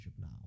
now